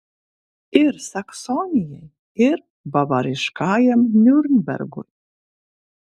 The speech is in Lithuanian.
ir saksonijai ir bavariškajam niurnbergui